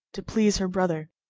to please her brother,